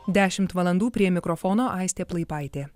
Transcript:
dešimt valandų prie mikrofono aistė plaipaitė